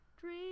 Dream